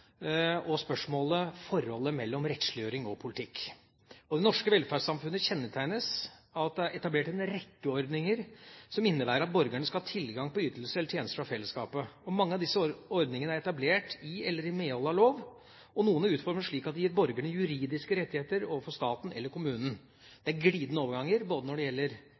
og spørsmålet om forholdet mellom rettsliggjøring og politikk. Det norske velferdssamfunnet kjennetegnes av at det er etablert en rekke ordninger som innebærer at borgerne skal ha tilgang på ytelser eller tjenester fra fellesskapet. Mange av disse ordningene er etablert i eller i medhold av lov, og noen er utformet slik at de gir borgerne juridiske rettigheter overfor staten eller kommunen. Det er glidende overganger både når det gjelder